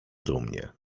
dumnie